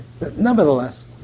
Nevertheless